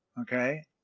Okay